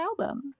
album